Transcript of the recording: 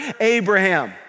Abraham